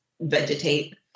vegetate